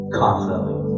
confidently